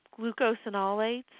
glucosinolates